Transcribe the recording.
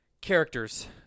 characters